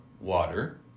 water